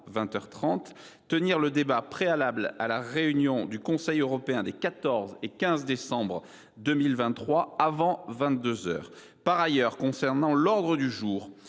trente, tenir le débat préalable à la réunion du Conseil européen des 14 et 15 décembre 2023 avant vingt deux heures. Par ailleurs, concernant l’ordre du jour